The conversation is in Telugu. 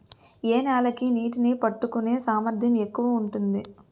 ఏ నేల కి నీటినీ పట్టుకునే సామర్థ్యం ఎక్కువ ఉంటుంది?